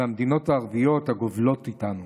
והמדינות הערביות הגובלות איתנו.